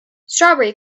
strawberry